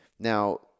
Now